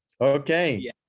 Okay